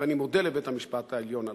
ואני מודה לבית-המשפט העליון עליו.